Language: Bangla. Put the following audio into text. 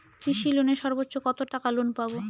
কৃষি লোনে সর্বোচ্চ কত টাকা লোন পাবো?